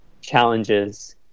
challenges